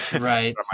right